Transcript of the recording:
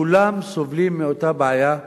כולם סובלים מאותה בעיה,